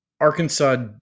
Arkansas